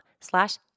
slash